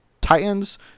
Titans